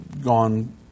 gone